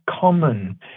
common